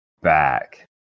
back